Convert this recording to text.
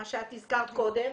מה שאת הזכרת קודם,